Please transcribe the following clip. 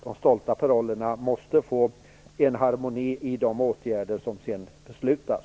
De stolta parollerna måste leda till harmoni i de åtgärder som sedan beslutas.